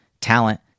Talent